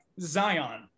Zion